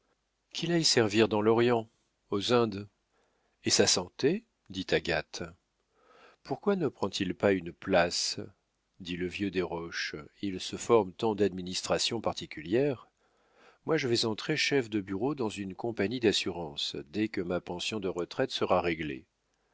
qu'il aille servir dans l'orient aux indes et sa santé dit agathe pourquoi ne prend-il pas une place dit le vieux desroches il se forme tant d'administrations particulières moi je vais entrer chef de bureau dans une compagnie d'assurances dès que ma pension de retraite sera réglée